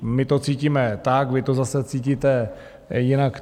My to cítíme tak, vy to zase cítíte jinak.